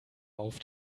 auf